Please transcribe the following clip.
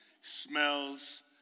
smells